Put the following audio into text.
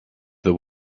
the